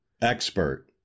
Expert